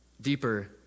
Deeper